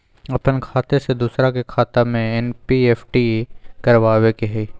अपन खाते से दूसरा के खाता में एन.ई.एफ.टी करवावे के हई?